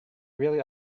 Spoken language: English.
really